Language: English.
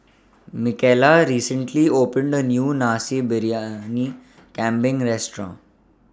Micaela recently opened A New Nasi Briyani Kambing Restaurant